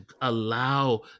allow